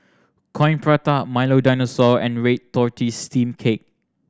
Coin Prata Milo Dinosaur and red tortoise steamed cake